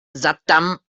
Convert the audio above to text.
saddam